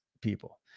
people